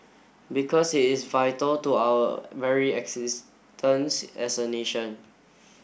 because it is vital to our very existence as a nation